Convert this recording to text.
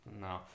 no